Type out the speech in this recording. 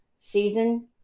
season